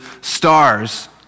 stars